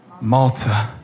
Malta